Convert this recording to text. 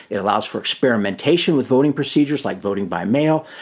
it allows for experimentation with voting procedures like voting by mail,